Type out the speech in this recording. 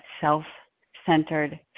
self-centered